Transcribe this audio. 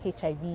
HIV